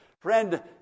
friend